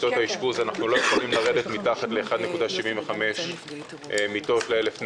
מיטות האשפוז אנחנו לא יכולים לרדת מתחת ל-1.75 מיטות לאלף נפש.